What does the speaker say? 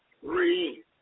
three